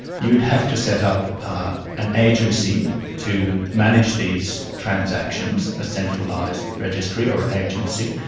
you would have to set up an agency to manage these transactions, a centralised registry or agency,